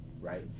right